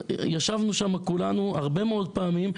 ישבנו שם כולנו הרבה מאוד פעמים,